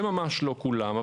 זה ממש לא כולם,